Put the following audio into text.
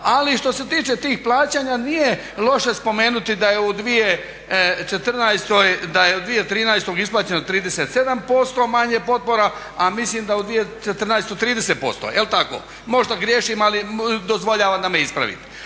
Ali što se tiče tih plaćanja nije loše spomenuti da je u 2014., da je u 2013. isplaćeno 37% manje potpora a mislim da u 2014. 30% je li tako? Možda griješim ali dozvoljavam da me ispravite.